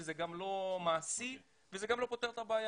זה גם לא מעשי וזה גם לא פותר את הבעיה.